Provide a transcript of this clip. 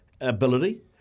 ability